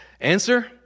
answer